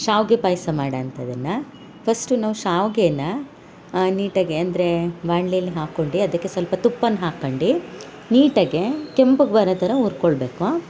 ಶಾವ್ಗೆ ಪಾಯಸ ಮಾಡ ಅಂಥದ್ದನ್ನ ಫಸ್ಟು ನಾವು ಶಾವ್ಗೆನ ನೀಟಾಗೆ ಅಂದರೆ ಬಾಣ್ಲೆಲಿ ಹಾಕೊಂಡೆ ಅದಕ್ಕೆ ಸ್ವಲ್ಪ ತುಪ್ಪನ ಹಾಕೊಂಡು ನೀಟಾಗೆ ಕೆಂಪಗೆ ಬರ ಥರ ಹುರ್ಕೊಳ್ಬೇಕು